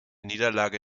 niederlage